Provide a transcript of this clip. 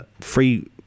free